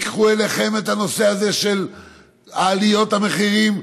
קחו אליכם את הנושא הזה של עליות המחירים.